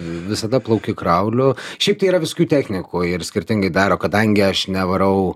visada plaukiu krauliu šiaip tai yra visokių technikų ir skirtingai daro kadangi aš nevarau